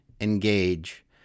engage